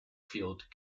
field